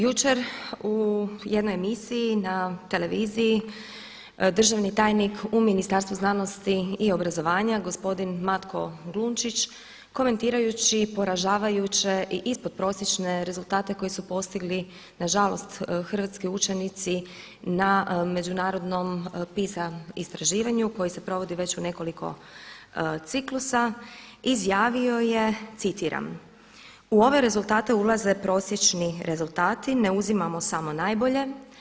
Jučer u jednoj emisiji na televiziji državni tajnik u Ministarstvu znanosti i obrazovanja gospodin Matko Glunčić komentirajući poražavajuće i ispod prosječne rezultate koji su postigli nažalost hrvatski učenici na međunarodnom PISA istraživanju koje se provodi već u nekoliko ciklusa izjavio je citiram: „U ove rezultate ulaze prosječni rezultati, ne uzimamo samo najbolje.